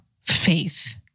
faith